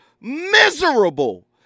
miserable